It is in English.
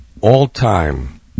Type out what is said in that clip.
all-time